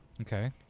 Okay